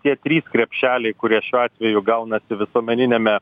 tie trys krepšeliai kurie šiuo atveju gaunasi visuomeniniame